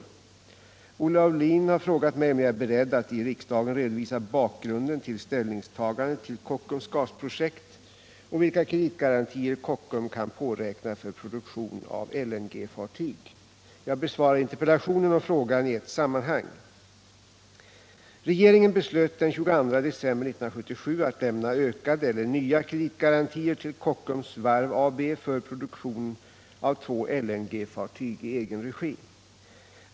Olle Aulin har frågat mig om jag är beredd att i riksdagen redovisa bakgrunden till ställningstagandet till Kocksums gasprojekt och vilka kreditgarantier Kockums kan påräkna för produktion av LNG-fartyg. Jag besvarar interpellationen och frågan i ett sammanhang. Regeringen beslöt den 22 december 1977 att lämna ökade eller nya kreditgarantier till Kockums Varv AB för produktion av två LNG-fartyg i egen regi.